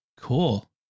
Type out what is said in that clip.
cool